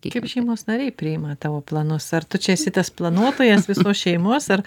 kaip šeimos nariai priima tavo planus ar tu čia esi tas planuotojas visos šeimos ar